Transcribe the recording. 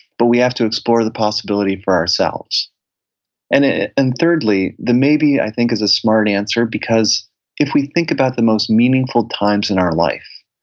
but we have to explore the possibility for ourselves and and thirdly, the maybe, i think, is a smart answer because if we think about the most meaningful times in our life,